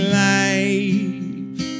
life